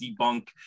debunk